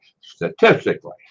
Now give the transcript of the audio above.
statistically